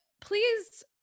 please